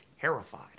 terrified